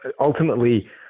Ultimately